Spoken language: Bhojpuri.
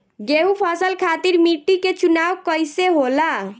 गेंहू फसल खातिर मिट्टी के चुनाव कईसे होला?